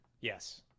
Yes